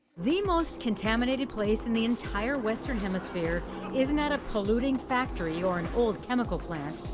the most contaminated place in the entire western hemisphere isn't at a polluting factory or an old chemical plant.